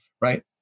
Right